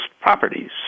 properties